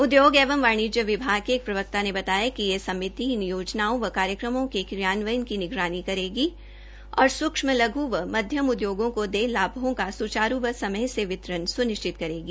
उद्योग एवं वाणिज्य विभाग के एक प्रवक्ता ने बताया कि यह समिति इन योजनाओं व कार्यक्रमों के क्रियान्वयन की निगरानी करेगी और सूक्षम लघ् एंव माध्यम उद्योगों एमएसएमई को देय लाभों का सुचारू व समय से वितरण सुनिश्चित करेगी